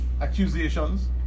Accusations